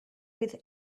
with